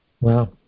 Wow